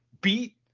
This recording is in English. beat